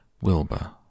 Wilbur